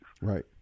Right